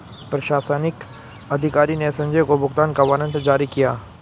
प्रशासनिक अधिकारी ने संजय को भुगतान का वारंट जारी किया